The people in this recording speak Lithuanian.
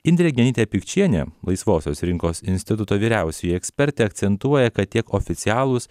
indrė genytė pikčienė laisvosios rinkos instituto vyriausioji ekspertė akcentuoja kad tiek oficialūs